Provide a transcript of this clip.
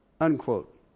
Unquote